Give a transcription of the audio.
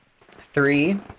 Three